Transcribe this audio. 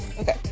Okay